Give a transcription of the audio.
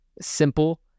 simple